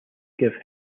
give